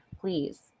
please